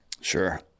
Sure